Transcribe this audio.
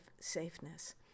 safeness